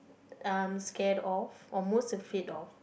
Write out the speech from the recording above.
I'm scared of or most afraid of